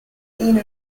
ina